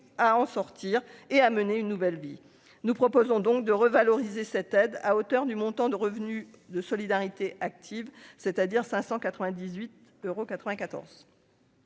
à en sortir et à mener une nouvelle vie, nous proposons donc de revaloriser cette aide à hauteur du montant de revenu de solidarité active, c'est-à-dire 598 euros